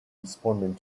responding